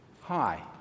hi